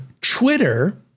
Twitter